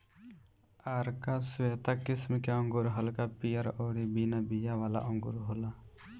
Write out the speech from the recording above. आरका श्वेता किस्म के अंगूर हल्का पियर अउरी बिना बिया वाला अंगूर होला